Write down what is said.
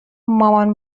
مامان